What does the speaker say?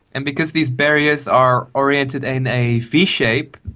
and because these barriers are oriented in a v-shape,